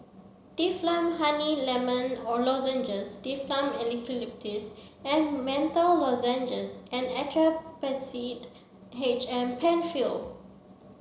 Difflam Honey Lemon Lozenges Difflam Eucalyptus and Menthol Lozenges and H M Penfill